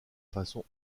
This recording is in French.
façon